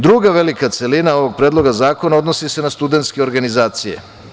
Druga velika celina ovog Predloga zakona se odnosi na studentske organizacije.